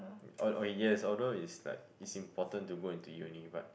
oh oh yes although it's like it's important to go into uni but